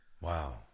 Wow